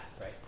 right